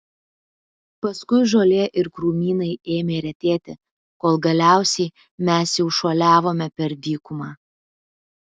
paskui žolė ir krūmynai ėmė retėti kol galiausiai mes jau šuoliavome per dykumą